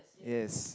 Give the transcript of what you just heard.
yes